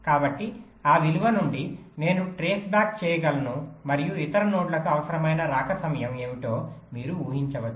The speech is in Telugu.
కాబట్టి ఆ విలువ నుండి నేను ట్రేస్ బ్యాక్ చేయగలను మరియు ఇతర నోడ్లకు అవసరమైన రాక సమయం ఏమిటో మీరు ఊహించవచ్చు